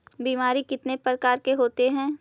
बीमारी कितने प्रकार के होते हैं?